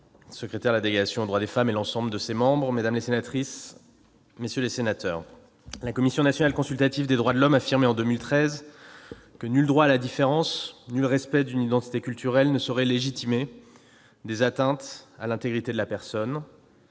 la Commission nationale consultative des droits de l'homme affirmait, en 2013, que « nul droit à la différence, nul respect d'une identité culturelle ne saurait légitimer des atteintes à l'intégrité de la personne,